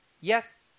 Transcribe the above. Yes